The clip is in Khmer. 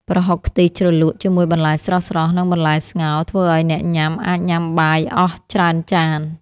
ប្រហុកខ្ទិះជ្រលក់ជាមួយបន្លែស្រស់ៗ និងបន្លែស្ងោរ ធ្វើឱ្យអ្នកញ៉ាំ អាចញ៉ាំបាយអស់ច្រើនចាន។